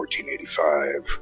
1485